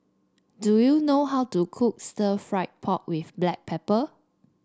do you know how to cook Stir Fried Pork with Black Pepper